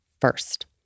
first